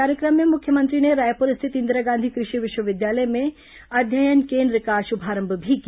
कार्यक्रम में मुख्यमंत्री ने रायपुर स्थित इंदिरा गांधी कृषि विश्वविद्यालय में अध्ययन केन्द्र का शुभारंभ भी किया